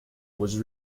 was